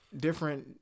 different